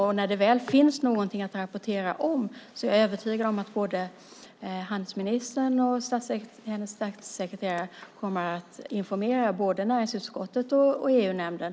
Och när det väl finns någonting att rapportera om är jag övertygad om att både handelsministern och hennes statssekreterare kommer att informera både näringsutskottet och EU-nämnden.